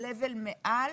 לבל מעל,